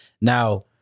Now